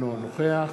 אינו נוכח